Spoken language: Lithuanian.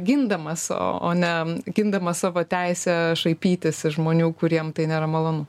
gindamas o o ne gindamas savo teisę šaipytis iš žmonių kuriem tai nėra malonu